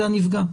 זה הנפגע.